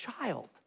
child